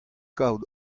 kaout